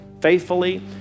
faithfully